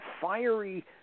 fiery